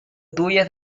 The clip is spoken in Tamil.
தூய